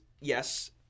yes